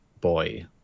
boy